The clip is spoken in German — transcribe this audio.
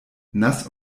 nass